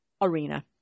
arena